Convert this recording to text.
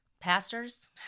pastors